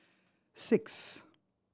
six